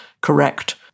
correct